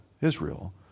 Israel